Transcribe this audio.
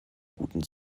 guten